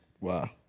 Wow